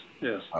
yes